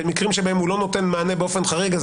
במקרים בהם הוא לא נותן מענה באופן חריג אנחנו